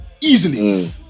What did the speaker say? easily